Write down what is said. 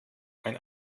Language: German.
ein